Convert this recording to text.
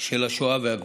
של השואה והגבורה.